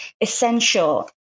essential